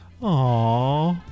Aw